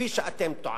כפי שאתם טוענים.